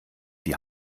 die